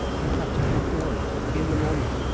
you have to perform in the moment.